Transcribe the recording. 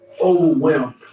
Overwhelmed